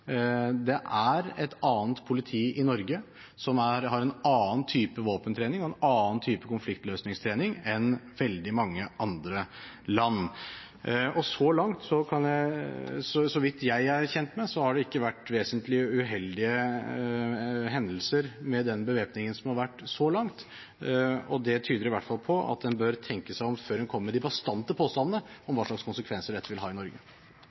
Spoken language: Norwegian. et annet politi i Norge, som har en annen type våpentrening og en annen type konfliktløsningstrening enn veldig mange andre land. Og så langt har det, så vidt jeg er kjent med, ikke vært vesentlige uheldige hendelser med den bevæpningen som har vært – så langt – og det tyder i hvert fall på at en bør tenke seg om før en kommer med de bastante påstandene om hva slags konsekvenser dette vil ha i Norge.